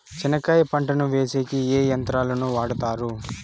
చెనక్కాయ పంటను వేసేకి ఏ యంత్రాలు ను వాడుతారు?